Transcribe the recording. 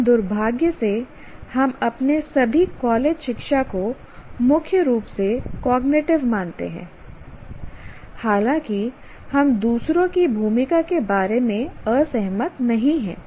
लेकिन दुर्भाग्य से हम अपने सभी कॉलेज शिक्षा को मुख्य रूप से कॉग्निटिव मानते हैं हालांकि हम दूसरों की भूमिका के बारे में असहमत नहीं हैं